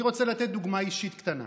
אני רוצה לתת דוגמה אישית קטנה.